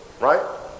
right